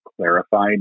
clarified